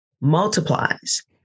multiplies